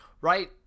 Right